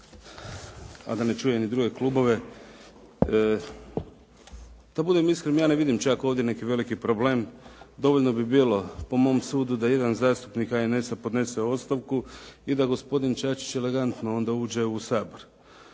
a da ne čujem i druge klubove. Da budem iskren, ja ne vidim čak ovdje neki veliki problem. Dovoljno bi bilo, po mom sudu, da jedan zastupnik HNS-a podnese ostavku i da gospodin Čačić elegantno onda uđe u Sabor.